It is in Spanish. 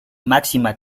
máxima